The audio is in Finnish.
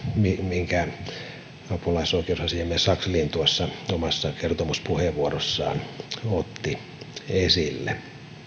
minkä apulaisoikeusasiamies sakslin tuossa omassa kertomuspuheenvuorossaan otti esille